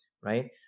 right